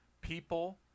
People